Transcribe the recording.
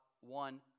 one